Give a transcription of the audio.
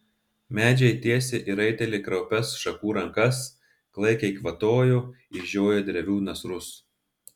medžiai tiesė į raitelį kraupias šakų rankas klaikiai kvatojo išžioję drevių nasrus